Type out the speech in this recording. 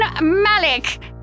Malik